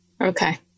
Okay